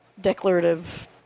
declarative